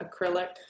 acrylic